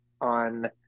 on